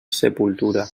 sepultura